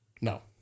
No